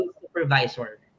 supervisor